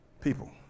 people